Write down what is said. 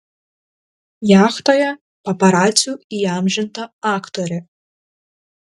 jachtoje paparacių įamžinta aktorė